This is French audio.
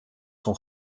son